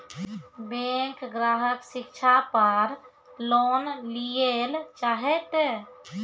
Bank ग्राहक शिक्षा पार लोन लियेल चाहे ते?